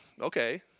okay